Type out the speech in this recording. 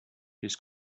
his